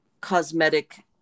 cosmetic